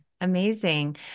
Amazing